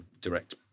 direct